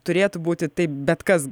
turėtų būti taip bet kas